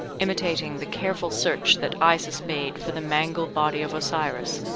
imitating the careful search that isis made for the mangled body of osiris,